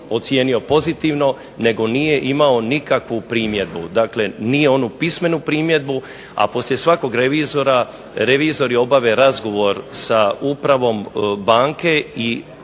ocijenio pozitivno nego nije imao nikakvu primjedbu, ni onu pismenu primjedbu a poslije svakog revizora, revizori obave razgovor sa upravom bankom i